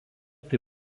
tai